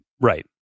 right